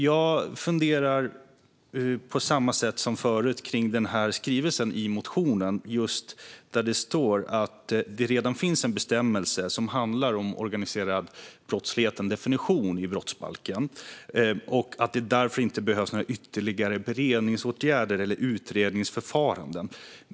Jag funderar på samma sätt som tidigare kring skrivelsen i motionen, där det står att det redan finns en bestämmelse som handlar om organiserad brottslighet - en definition i brottsbalken - och att det därför inte behövs några ytterligare beredningsåtgärder eller utredningsförfaranden.